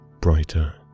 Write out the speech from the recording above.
brighter